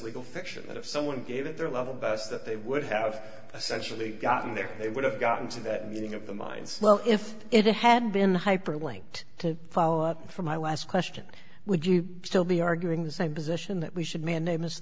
legal fiction that if someone gave it their level best that they would have essentially gotten there they would have gotten to that meeting of the minds well if it had been hyperlinked to follow up from my last question would you still be arguing the same position that we should man a missed